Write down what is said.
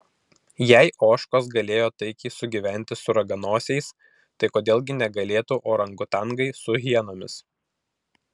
jei ožkos galėjo taikiai sugyventi su raganosiais tai kodėl gi negalėtų orangutangai su hienomis